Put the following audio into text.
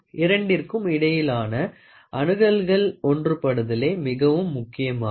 இரண்டடிற்கும் இடையிலான அணுகல்கள் ஒன்றுபடுதலே மிகவும் முக்கியமாகும்